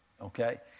okay